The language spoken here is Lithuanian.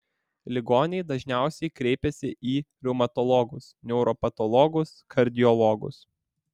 ligoniai dažniausiai kreipiasi į reumatologus neuropatologus kardiologus